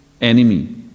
enemy